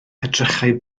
edrychai